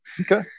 Okay